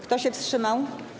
Kto się wstrzymał?